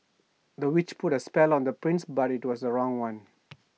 the witch put A spell on the prince but IT was the wrong one